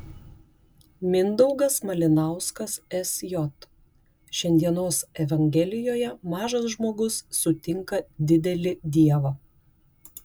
mindaugas malinauskas sj šiandienos evangelijoje mažas žmogus sutinka didelį dievą